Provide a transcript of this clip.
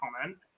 comment